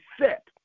set